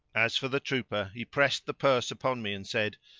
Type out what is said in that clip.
as for the trooper he pressed the purse upon me, and said,